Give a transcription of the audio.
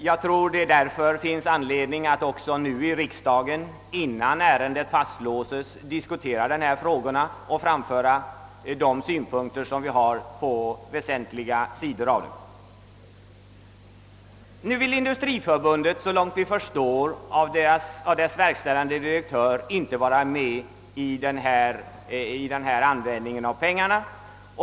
Jag tror att det därför finns anledning att nu i riksdagen, innan ärendet fastlåses diskutera dessa frågor och framföra synpunkter på väsentliga avsnitt. Nu vill Industriförbundet, såvitt man kan förstå av dess verkställande direktör, inte vara med om den tilltänkta användningen av pengarna.